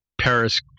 Paris